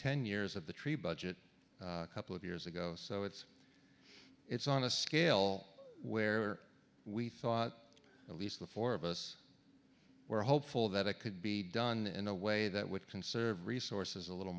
ten years of the tree budget a couple of years ago so it's it's on a scale where we thought at least the four of us were hopeful that it could be done in a way that would conserve resources a little